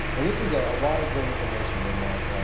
well, this was a lot of great information today, mark.